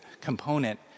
component